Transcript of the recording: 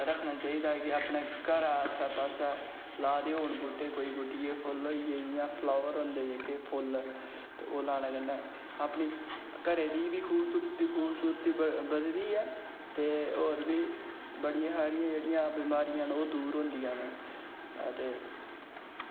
रक्खना चाहिदा कि अपने घरै दे हर पास्सै लाए दे होन कोई बूह्टे मतलब कि जियां फ्लॉवर होइये फुल्ल ते ओह् लानै कन्नै अपनी घरै दी बी खूबसूरती बधदी ऐ ते होर बी बड़ी हारियां जेह्कियां बमारियां न ओह् दूर होंदियां न ते